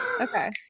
Okay